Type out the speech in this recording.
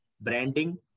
branding